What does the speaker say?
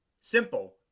Simple